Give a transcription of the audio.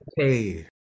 okay